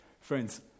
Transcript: Friends